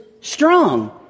strong